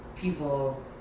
people